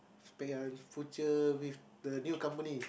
future with the new company